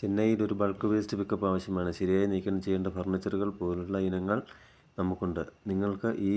ചെന്നൈയിൽ ഒരു bulk waste pick up ആവശ്യമാണ് ശരിയായി നീക്കം ചെയ്യേണ്ട ഫർണിച്ചറുകൾ പോലുള്ള ഇനങ്ങൾ നമുക്ക് ഉണ്ട് നിങ്ങൾക്ക് ഈ